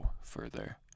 further